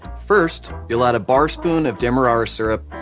first you'll add a bar spoon of demerara syrup